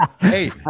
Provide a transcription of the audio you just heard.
hey